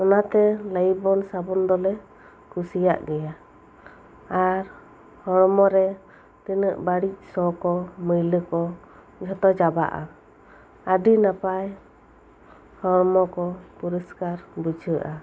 ᱚᱱᱟᱛᱮ ᱞᱟᱭᱤᱯᱵᱚᱭ ᱥᱟᱵᱩᱱ ᱫᱚᱞᱮ ᱠᱩᱥᱤᱭᱟᱜ ᱜᱮᱭᱟ ᱟᱨ ᱦᱚᱲᱢᱚᱨᱮ ᱛᱤᱱᱟᱹᱜ ᱵᱟᱹᱲᱤᱡ ᱥᱚ ᱠᱚ ᱢᱟᱹᱭᱞᱟᱹᱠᱩ ᱡᱚᱛᱚ ᱪᱟᱵᱟᱜᱼᱟ ᱟᱹᱰᱤ ᱱᱟᱯᱟᱭ ᱦᱚᱲᱢᱚ ᱠᱚ ᱯᱚᱨᱤᱥᱠᱟᱨ ᱵᱩᱡᱷᱟᱹᱜᱼᱟ